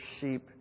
sheep